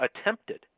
attempted